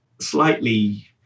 slightly